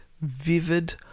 vivid